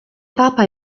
papa